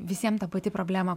visiem ta pati problema